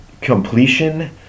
Completion